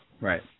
Right